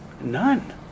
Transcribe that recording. None